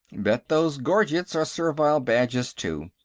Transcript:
bet those gorgets are servile badges, too.